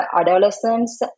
adolescents